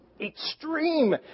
Extreme